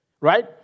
Right